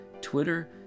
Twitter